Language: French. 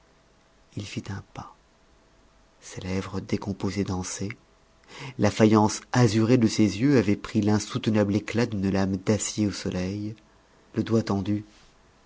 il fit un pas ses lèvres décomposées dansaient la faïence azurée de ses yeux avait pris l'insoutenable éclat d'une lame d'acier au soleil le doigt tendu